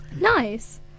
Nice